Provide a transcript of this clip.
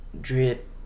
drip